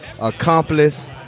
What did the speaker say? Accomplice